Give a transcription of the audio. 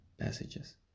passages